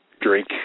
drink